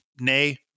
nay